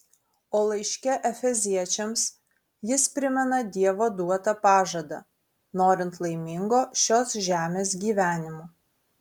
o laiške efeziečiams jis primena dievo duotą pažadą norint laimingo šios žemės gyvenimo